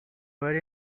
very